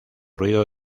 ruido